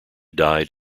died